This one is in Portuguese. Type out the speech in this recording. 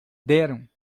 deram